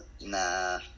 nah